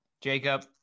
Jacob